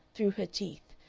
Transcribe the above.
through her teeth,